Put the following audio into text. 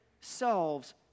selves